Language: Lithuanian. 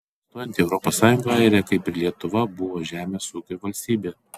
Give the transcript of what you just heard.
stojant į es airija kaip ir lietuva buvo žemės ūkio valstybė